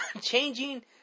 changing